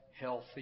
healthy